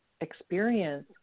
experience